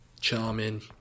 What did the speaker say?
charming